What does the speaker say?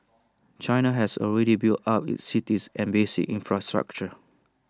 China has already built up its cities and basic infrastructure